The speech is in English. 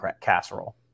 casserole